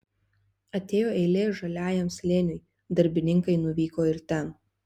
atėjo eilė žaliajam slėniui darbininkai nuvyko ir ten